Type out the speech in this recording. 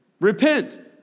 repent